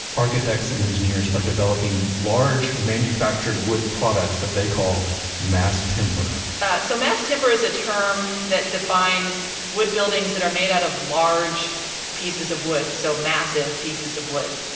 architects and engineers are developing large manufactured wood products that they call mass timber so mass timber is a term that defines wood buildings that are made out of large pieces of wood so massive pieces of wood.